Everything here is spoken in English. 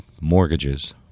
mortgages